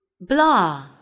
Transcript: blah